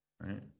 Right